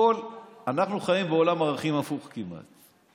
אנחנו חיים בעולם ערכים הפוך כמעט.